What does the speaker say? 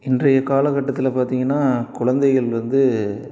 இன்றைய காலகட்டத்தில் பார்த்திங்கன்னா குழந்தைகள் வந்து